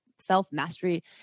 self-mastery